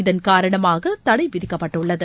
இதன்காரணமாக தடை விதிக்கப்பட்டுள்ளது